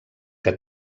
que